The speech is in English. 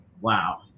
Wow